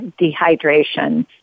dehydration